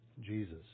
Jesus